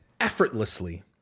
effortlessly